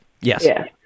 Yes